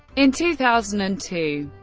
in two thousand and two,